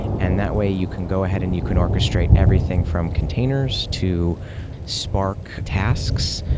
and that way you can go ahead and you can orchestrate everything from containers to spark tasks,